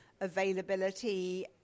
availability